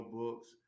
books